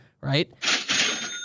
right